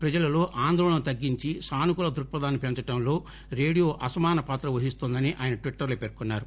ప్రజలలో ఆందోళన తగ్గించి సానుకూల దృక్పథాన్ని పెంచడంలో రేడియో అసమాన పాత్ర వహిస్తోందని ఆయన ట్విటర్లో పేర్కొన్నారు